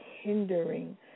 hindering